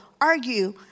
argue